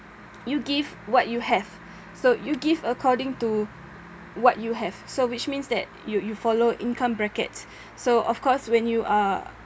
you give what you have so you give according to what you have so which means that you you follow income brackets so of course when you are